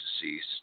deceased